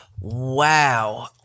Wow